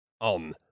on